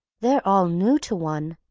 they're all new to one.